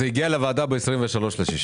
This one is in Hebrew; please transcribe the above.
זה הגיע לוועדה ב-23.6.